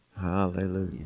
Hallelujah